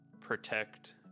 protect